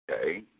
okay